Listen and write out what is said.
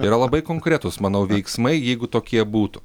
yra labai konkretūs manau veiksmai jeigu tokie būtų